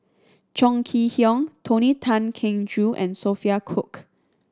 Chong Kee Hiong Tony Tan Keng Joo and Sophia Cooke